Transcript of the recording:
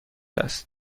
است